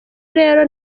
rero